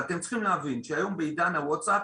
אבל אתם צריכים להבין שהיום בעידן הווטסאפ